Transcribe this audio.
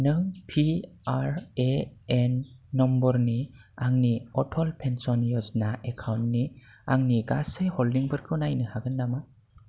नों P R A N number नि आंनि अटल पेन्सन य'जना एकाउन्टनि आंनि गासै हल्डिंफोरखौ नायनो हागोन नामा